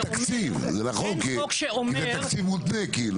אין תקציב, זה נכון כי זה תקציב מותנה.